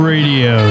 Radio